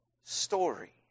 story